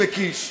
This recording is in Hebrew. קיס וקיש.